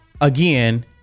again